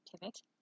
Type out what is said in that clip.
pivot